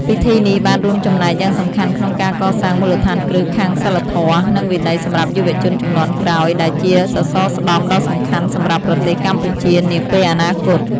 ពិធីនេះបានរួមចំណែកយ៉ាងសំខាន់ក្នុងការកសាងមូលដ្ឋានគ្រឹះខាងសីលធម៌ និងវិន័យសម្រាប់យុវជនជំនាន់ក្រោយ ដែលជាសសរស្តម្ភដ៏សំខាន់សម្រាប់ប្រទេសកម្ពុជានាពេលអនាគត។